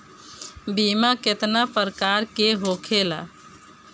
बीमा केतना प्रकार के होखे ला?